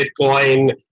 Bitcoin